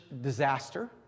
disaster